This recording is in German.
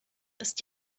ist